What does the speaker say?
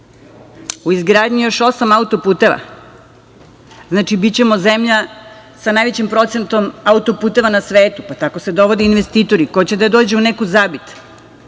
U izgradnji je još osam autoputeva. Znači, bićemo zemlja sa najvećim procentom autoputeva na svetu. Tako se dovode investitori. Ko će da dođe u neku